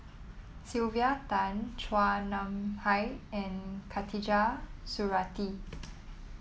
Sylvia Tan Chua Nam Hai and Khatijah Surattee